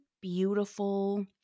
beautiful